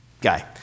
guy